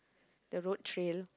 the road trail